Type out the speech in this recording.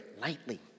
lightly